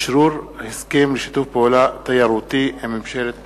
אשרור ההסכם לשיתוף פעולה תיירותי עם ממשלת פורטוגל.